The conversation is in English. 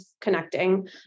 connecting